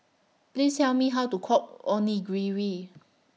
Please Tell Me How to Cook Onigiri